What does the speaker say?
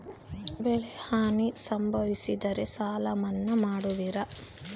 ಬೆಳೆಹಾನಿ ಸಂಭವಿಸಿದರೆ ಸಾಲ ಮನ್ನಾ ಮಾಡುವಿರ?